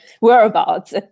whereabouts